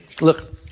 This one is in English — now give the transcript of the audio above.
look